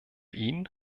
ihn